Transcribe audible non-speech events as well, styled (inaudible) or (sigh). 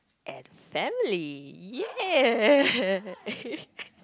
and family !yay! (laughs)